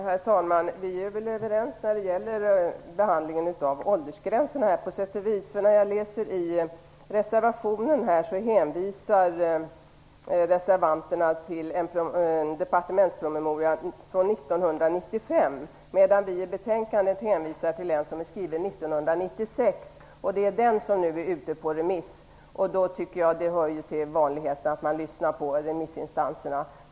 Herr talman! Vi är väl på sätt och vis överens när det gäller behandlingen av åldersgränserna. I reservationen hänvisar reservanterna till en departementspromemoria från 1995, medan vi i betänkandet hänvisar till en som är skriven 1996. Det är den som nu är ute på remiss. Det hör ju till vanligheten att man lyssnar på remissinstanserna.